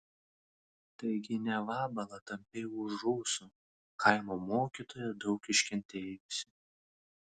taigi ne vabalą tampei už ūsų kaimo mokytoją daug iškentėjusį